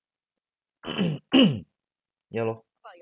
ya lor